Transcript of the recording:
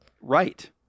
Right